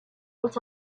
but